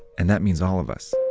and that means all of us.